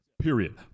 Period